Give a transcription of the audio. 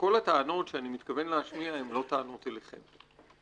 וכל הטענות שאני מתכוון להשמיע הן לא טענות אליכם,